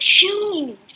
choose